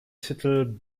titel